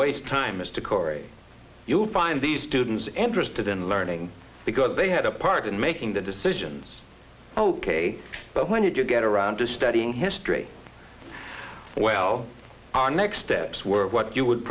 waste time is to cory you'll find these students interested in learning because they had a part in making the decisions ok but when you get around to studying history well our next steps were what you would